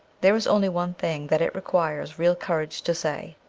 there is only one thing that it requires real courage to say,